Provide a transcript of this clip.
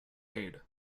aid